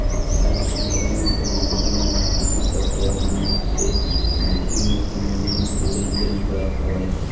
आज के बेरा म तो मनखे मन ह इही सब ऐप मन के माधियम ले कोनो जिनिस के लेन देन करत हवय